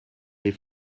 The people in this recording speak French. les